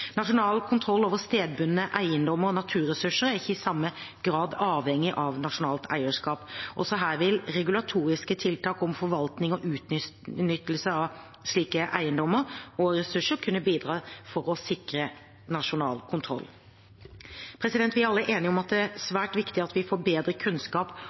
Nasjonal kontroll over stedbundne eiendommer og naturressurser er ikke i samme grad avhengig av nasjonalt eierskap. Også her vil regulatoriske tiltak om forvaltning og utnyttelse av slike eiendommer og ressurser kunne bidra til å sikre nasjonal kontroll. Vi er alle enige om at det er svært viktig at vi får bedre kunnskap